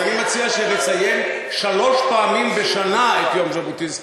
אז אני מציע שנציין שלוש פעמים בשנה את יום ז'בוטינסקי,